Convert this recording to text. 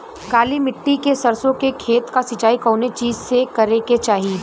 काली मिट्टी के सरसों के खेत क सिंचाई कवने चीज़से करेके चाही?